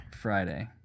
Friday